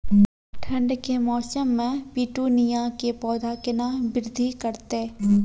ठंड के मौसम मे पिटूनिया के पौधा केना बृद्धि करतै?